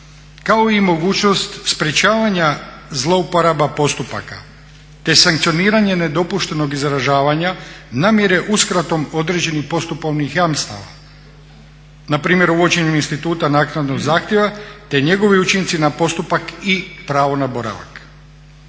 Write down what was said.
kao i mogućnost sprječavanja zlouporaba postupaka te sankcioniranje nedopuštenog izražavanja, namjere uskratom određenih postupovnih jamstava. Npr. uvođenjem instituta naknadnog zahtjeva te njegovi učinci na postupak i pravo na boravak.